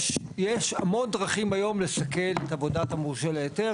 יש הרבה דרכים היום לסכל את עבודת ההיתר